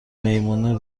میمون